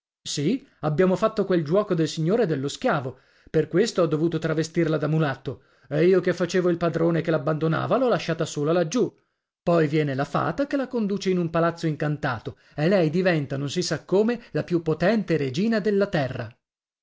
sì abbiamo fatto quel giuoco del signore e dello schiavo per questo ho dovuto travestirla da mulatto e io che facevo il padrone che l'abbandonava l'ho lasciata sola laggiù poi viene la fata che la conduce in un palazzo incantato e lei diventa non si sa come la più potente regina della terra